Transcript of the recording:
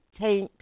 take